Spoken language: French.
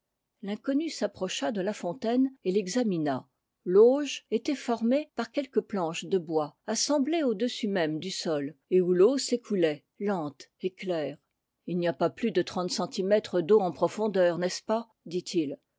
l'inconnu s'approcha de la fontaine et l'examina l'auge était formée par quelques planches de bois assemblées au-dessus même du sol et où l'eau s'écoulait lente et claire il n'y a pas plus de trente centimètres d'eau en profondeur n'est ce pas dit-il